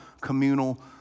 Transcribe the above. communal